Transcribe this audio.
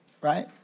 right